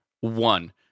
one